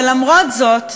ולמרות זאת,